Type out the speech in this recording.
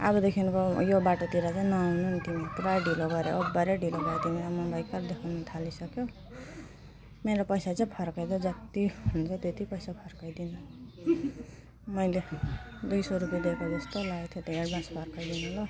अबदेखिन्को यो बाटोतिर चाहिँ नआउनु नि तिमी पुरा ढिलो भएर ओभरै ढिलो भयो तिमीलाई मलाई क्या देखाउनु थालिसक्यो मेरो पैसा चाहिँ फर्काइदेऊ जति हुन्छ त्यति पैसा फर्काइदिनु मैले दुई सय रुपियाँ दिएको जोस्तो लाग्यो थियो त्यो एडभान्स फर्काइदिनु ल